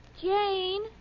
Jane